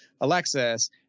Alexis